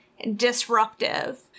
Disruptive